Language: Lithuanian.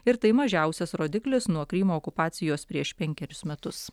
ir tai mažiausias rodiklis nuo krymo okupacijos prieš penkerius metus